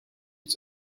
its